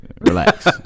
Relax